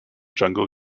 jungle